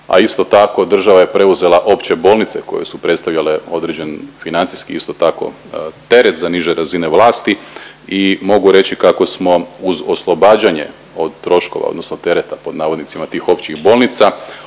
a isto tako država je preuzela opće bolnice koje su predstavljale određen financijski isto tako teret za niže razine vlasti. I mogu reći kako smo uz oslobađanje od troškova, odnosno tereta pod navodnicima tih općih bolnica